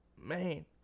Man